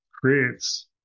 creates